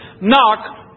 knock